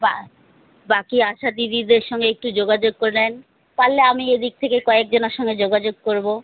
বা বাকি আশা দিদিদের সঙ্গে একটু যোগাযোগ করে নিন তাহলে আমি এদিক থেকে কয়েকজনের সঙ্গে যোগাযোগ করব